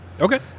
Okay